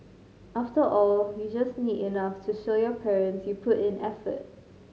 after all you just need enough to show your parents you put in effort